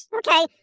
okay